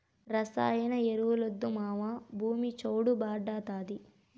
రసాయన ఎరువులొద్దు మావా, భూమి చౌడు భార్డాతాది